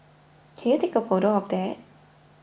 can you take a photo of that